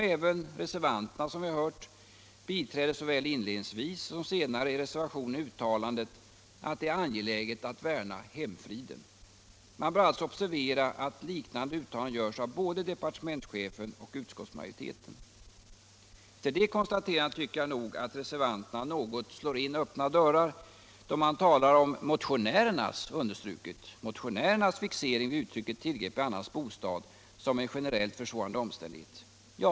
Även reservanterna biträder såväl inledningsvis som senare i reservationen uttalandet att det är angeläget att värna om hemfriden. Men man bör alltså observera att liknande uttalande görs av både departementschefen och utskottsmajoriteten. Efter detta konstaterande tycker jag nog att reservanterna något slår in öppna dörrar då man talar om motionärernas fixering vid uttrycket ”tillgrepp i annans bostad” som en generellt försvårande omständighet.